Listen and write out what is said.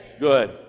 Good